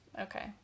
Okay